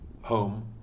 home